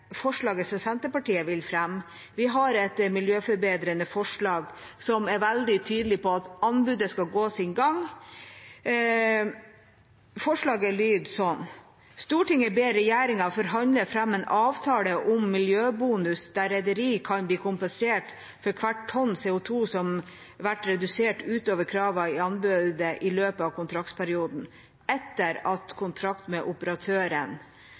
forslaget som Senterpartiet vil fremme; vi har et miljøforbedrende forslag som er veldig tydelig på at anbudet skal gå sin gang. Forslaget lyder slik: «Stortinget ber regjeringa forhandle fram ei avtale om miljøbonus der rederi kan bli kompensert for kvart tonn CO 2 som vert redusert utover krava i anbodet i løpet av kontraktperioden, etter at kontrakt med operatøren